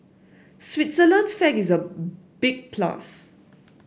Switzerland's flag is a big plus